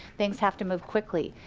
things have to move quickly.